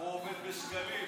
הוא עובד בשקלים,